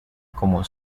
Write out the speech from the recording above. como